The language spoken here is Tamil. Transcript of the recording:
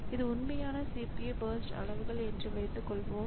இது உண்மையான CPU பர்ஸ்ட் அளவுகள் என்று வைத்துக்கொள்வோம்